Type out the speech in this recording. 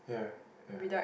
yeah yeah